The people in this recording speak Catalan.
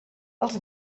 els